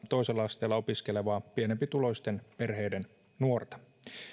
toisella asteella opiskelevaa pienempituloisten perheiden nuorta